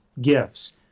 gifts